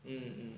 mm